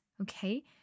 okay